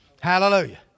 Hallelujah